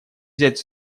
взять